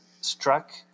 struck